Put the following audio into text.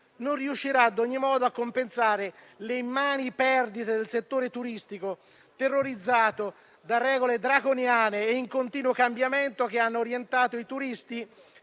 non riuscirà ad ogni modo a compensare le immani perdite del settore turistico, terrorizzato da regole draconiane e in continuo cambiamento, che hanno orientato i turisti